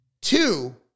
Two